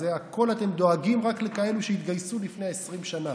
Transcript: זה הכול אתם דואגים רק לכאלה שהתגייסו לפני 20 שנה.